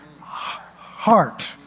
heart